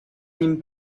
nim